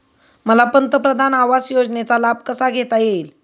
मला पंतप्रधान आवास योजनेचा लाभ कसा घेता येईल?